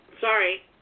Sorry